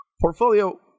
portfolio